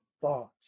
thought